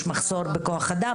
יש מחסור בכוח אדם.